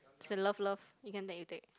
it's a love love you can take you take